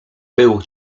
był